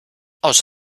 aus